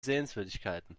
sehenswürdigkeiten